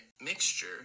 mixture